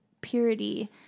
purity